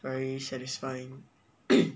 very satisfying